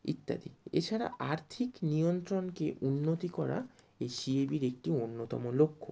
ইত্যাদি এছাড়া আর্থিক নিয়ন্ত্রণকে উন্নতি করা এই সিএবির একটি অন্যতম লক্ষ্য